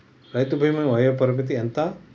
రైతు బీమా వయోపరిమితి ఎంత?